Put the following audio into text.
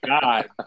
god